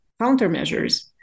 countermeasures